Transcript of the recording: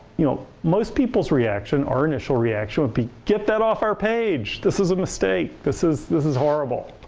you know most people's reaction, our initial reaction, would be get that off our page. this is a mistake, this is this is horrible.